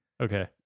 Okay